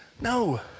No